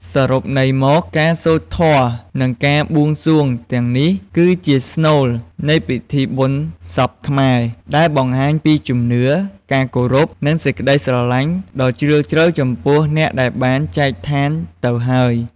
សរុបន័យមក ការសូត្រធម៌ និងការបួងសួងទាំងនេះ គឺជាស្នូលនៃពិធីបុណ្យសពខ្មែរ ដែលបង្ហាញពីជំនឿ ការគោរព និងក្តីស្រឡាញ់ដ៏ជ្រាលជ្រៅចំពោះអ្នកដែលបានចែកឋានទៅហើយ។